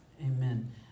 Amen